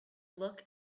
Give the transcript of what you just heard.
look